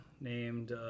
named